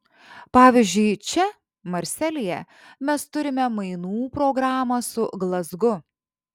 pavyzdžiui čia marselyje mes turime mainų programą su glazgu